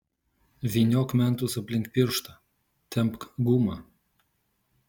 vyniok mentus aplink pirštą tempk gumą